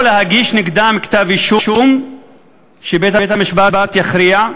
או שיוגש נגדם כתב-אישום ובית-המשפט יכריע,